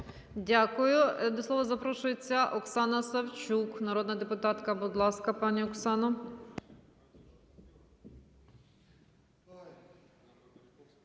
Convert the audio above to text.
Дякую. До слова запрошується Оксана Савчук, народна депутатка. Будь ласка, пані Оксана.